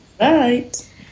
right